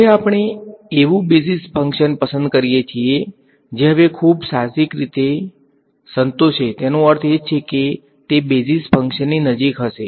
હવે આપણે એવુ બેઝિક ફંક્શન પસંદ કરીએ છીએ જે હવે હું સાહજિક રીતે સંતોષે તેનો અર્થ એ છે કે તે બેઝિસ ફંક્શનની નજીક હશે